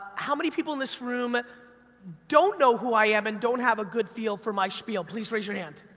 how many people in this room don't know who i am and don't have a good feel for my spiel? please raise your hand.